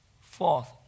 Fourth